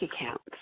accounts